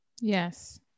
Yes